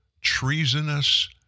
Treasonous